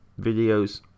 videos